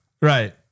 Right